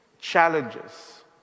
challenges